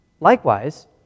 Likewise